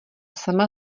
sama